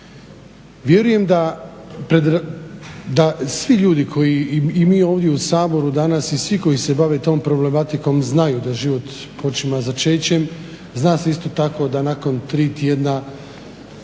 Vjerujem da svi ljudi koji, i mi ovdje u Saboru danas, i svi koji se bave tom problematikom znaju da život počinje začećem. Zna se isto tako da nakon tri tjedna